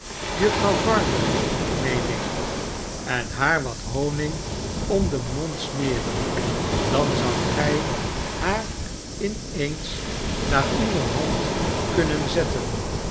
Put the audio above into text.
juffrouw varden n een ik en haar wat honig om den mond smeren dan zoudt gij haar in eens naar uwe hand kunnen zetten